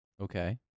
Okay